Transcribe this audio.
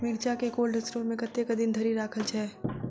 मिर्चा केँ cold store मे कतेक दिन धरि राखल छैय?